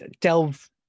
delve